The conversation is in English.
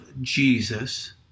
Jesus